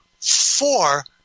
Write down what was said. four